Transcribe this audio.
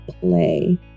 play